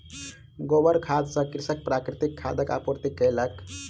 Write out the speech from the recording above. गोबर खाद सॅ कृषक प्राकृतिक खादक आपूर्ति कयलक